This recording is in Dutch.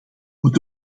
moet